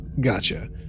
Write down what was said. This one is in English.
Gotcha